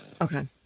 Okay